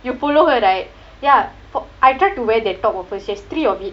you follow her right ya I tried to wear that top she has three of it